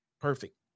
Perfect